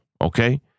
Okay